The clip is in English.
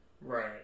Right